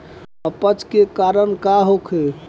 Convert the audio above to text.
अपच के कारण का होखे?